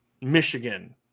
Michigan